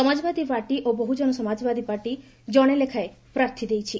Samajwadi party ଓ ବହୁଜନ ସମାଜପାର୍ଟି ଜଣେ ଲେଖାଏଁ ପ୍ରାର୍ଥୀ ଦେଇଛି